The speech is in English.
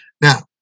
Now